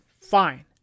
Fine